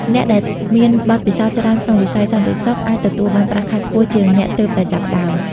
អ្នកដែលមានបទពិសោធន៍ច្រើនក្នុងវិស័យសន្តិសុខ អាចទទួលបានប្រាក់ខែខ្ពស់ជាងអ្នកទើបតែចាប់ផ្តើម។